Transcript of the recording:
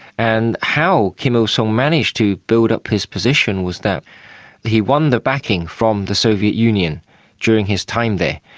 and how kim il-sung so managed to build up his position was that he won the backing from the soviet union during his time there.